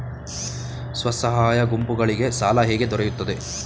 ಸ್ವಸಹಾಯ ಗುಂಪುಗಳಿಗೆ ಸಾಲ ಹೇಗೆ ದೊರೆಯುತ್ತದೆ?